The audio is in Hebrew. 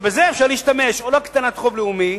בזה אפשר להשתמש או להקטנת החוב הלאומי